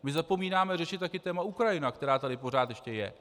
My zapomínáme řešit taky téma Ukrajina, které tady pořád ještě je.